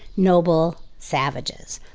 noble savages.